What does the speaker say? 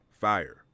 Fire